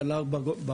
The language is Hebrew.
היה ל"ג בעומר,